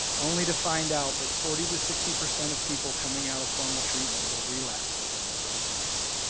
only to find out that forty to sixty percent of people coming out of formal treatment will relapse within the first year.